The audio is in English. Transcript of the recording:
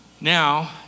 Now